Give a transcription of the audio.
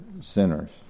sinners